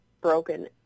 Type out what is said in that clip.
broken